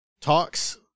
talks